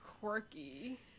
quirky